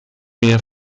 mehr